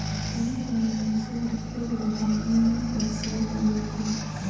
कोनो कोनो मइनसे हर बड़े बड़े कंपनी मन कर सेयर ल लेथे